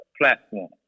platform